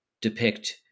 depict